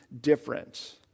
different